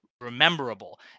rememberable